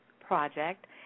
project